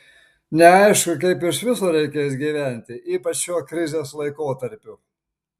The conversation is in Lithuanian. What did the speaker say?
neaišku kaip iš viso reikės gyventi ypač šiuo krizės laikotarpiu